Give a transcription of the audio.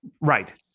Right